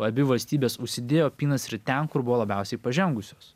abi valstybės užsidėjo apynasrį ten kur buvo labiausiai pažengusios